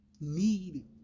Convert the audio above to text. need